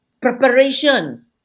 preparation